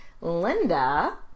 Linda